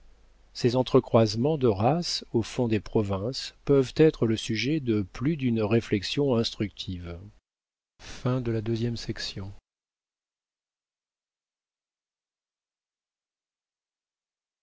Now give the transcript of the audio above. ces entre croisements de races au fond des provinces peuvent être le sujet de plus d'une réflexion instructive